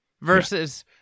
Versus